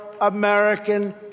American